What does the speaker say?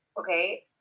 okay